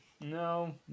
No